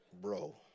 bro